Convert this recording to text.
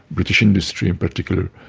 british industry in particular,